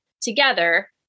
together